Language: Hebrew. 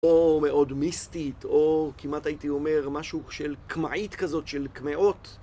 או מאוד מיסטית, או כמעט הייתי אומר, משהו של קמעית כזאת, של קמעות.